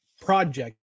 project